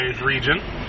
region